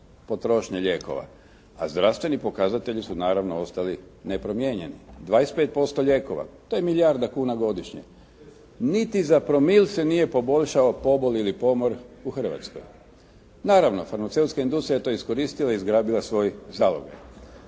potrošnje lijekova, a zdravstveni pokazatelji su naravno ostali nepromijenjeni. 25% lijekova, to je milijarda kuna godišnje. Niti za promil se nije poboljšalo pobol ili pomor u Hrvatskoj. Naravno, farmaceutska industrija to je iskoristila i zgrabila svoj zalogaj.